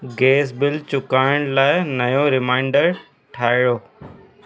gas bill चुकाइण लाइ नयो रिमाइंडर ठाहियो